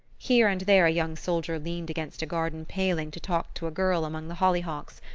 here and there a young soldier leaned against a garden paling to talk to a girl among the hollyhocks,